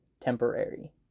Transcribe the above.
temporary